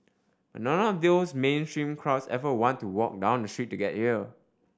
but none of those mainstream crowds ever want to walk down the street to get here